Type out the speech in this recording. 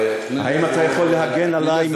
האם אתה יכול להגן עלי מפני האישה הזאת?